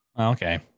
Okay